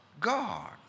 God